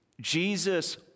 Jesus